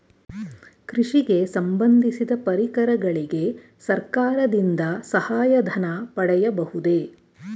ಕೃಷಿಗೆ ಸಂಬಂದಿಸಿದ ಪರಿಕರಗಳಿಗೆ ಸರ್ಕಾರದಿಂದ ಸಹಾಯ ಧನ ಪಡೆಯಬಹುದೇ?